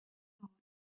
thought